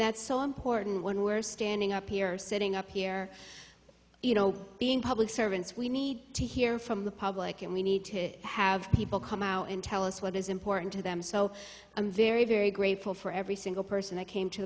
that's so important when we're standing up here sitting up here you know being public servants we need to hear from the public and we need to have people come out and tell us what is important to them so i'm very very grateful for every single person that came to the